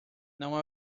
não